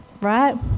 right